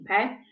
Okay